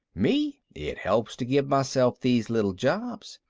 me, it helps to give myself these little jobs.